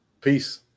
Peace